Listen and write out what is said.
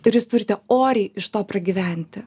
ir jūs turite oriai iš to pragyventi